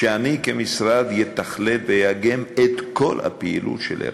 שאני כמשרד אתכלל ואאגם את כל הפעילות של ער"ן.